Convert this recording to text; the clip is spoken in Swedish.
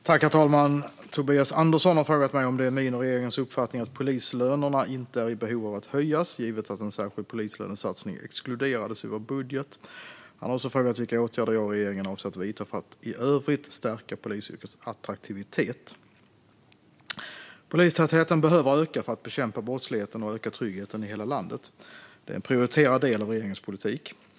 Herr talman! Tobias Andersson har frågat mig om det är min och regeringens uppfattning att polislönerna inte är i behov av att höjas, givet att en särskild polislönesatsning exkluderades i vår budget. Han har också frågat vilka åtgärder jag och regeringen avser att vidta för att i övrigt stärka polisyrkets attraktivitet. Polistätheten behöver öka för att bekämpa brottsligheten och öka tryggheten i hela landet. Det är en prioriterad del av regeringens politik.